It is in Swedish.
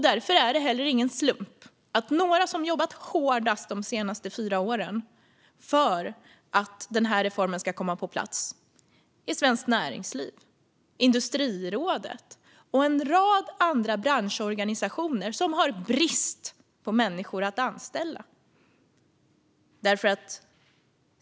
Därför är det inte heller någon slump att några som jobbat hårdast de senaste fyra åren för att denna reform ska komma på plats är Svenskt Näringsliv, Industrirådet och en rad andra branschorganisationer som har brist på människor att anställa.